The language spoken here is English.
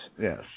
Yes